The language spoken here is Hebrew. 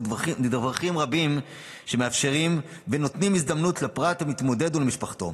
נדבכים רבים שמאפשרים ונותנים הזדמנות לפרט המתמודד ולמשפחתו.